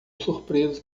surpreso